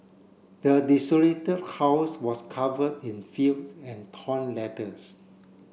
the desolated house was covered in filth and torn letters